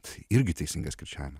tai irgi teisingas kirčiavimas